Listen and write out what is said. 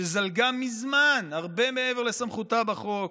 שזלגה מזמן הרבה מעבר לסמכותה בחוק,